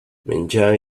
menjar